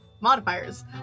modifiers